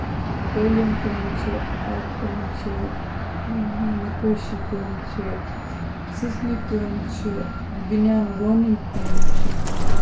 قٲلیٖن کٲم چھِ آرِ کٲم چھِ نَکٲشی کٲم چھِ سٔژنہِ کٲم چھِ بینیان وونٕنۍ کٲم چھِ